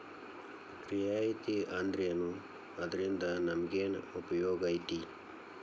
ರಿಯಾಯಿತಿ ಅಂದ್ರೇನು ಅದ್ರಿಂದಾ ನಮಗೆನ್ ಉಪಯೊಗೈತಿ?